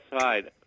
side